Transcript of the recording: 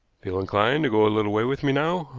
feel inclined to go a little way with me now?